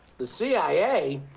the cia?